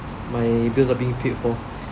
my bills are being paid for